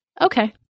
Okay